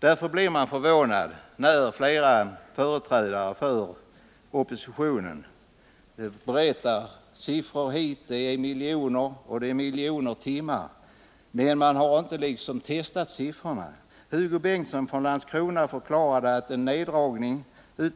Därför blir jag förvånad när flera företrädare för oppositianen bollar med en massa — Nr 164 siffror. Det handlar om miljoner och miljoner timmar, men man har liksom inte testat siffrorna. Hugo Bengtsson från Landskrona förklarade att en neddragning